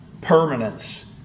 permanence